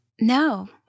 No